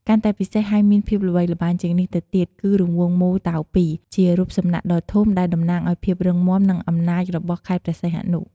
កាន់តែពិសេសហើយមានភាពល្បីល្បាញជាងនេះទៅទៀត គឺរង្វង់មូលតោពីរ ជារូបសំណាកដ៏ធំ ដែលតំណាងឱ្យភាពរឹងមាំ និងអំណាចរបស់ខេត្តព្រះសីហនុ។